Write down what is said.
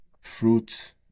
fruit